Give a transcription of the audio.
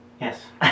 Yes